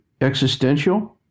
existential